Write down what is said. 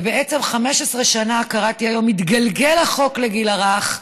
בעצם 15 שנה, קראתי היום, מתגלגל החוק לגיל הרך,